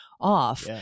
off